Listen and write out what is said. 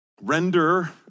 Render